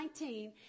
2019